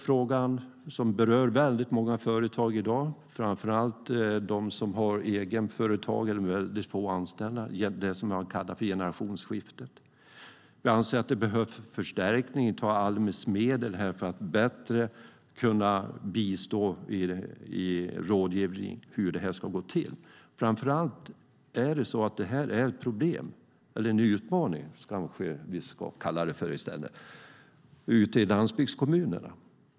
Frågan berör många företag i dag, framför allt de som har eget företag med få anställda och även de som berörs av ett generationsskifte. Vi anser att det behövs förstärkning av medlen till Almi så att man bättre kan bistå i rådgivningen. Den här frågan är ett problem - eller snarare en utmaning - i landsbygdskommunerna.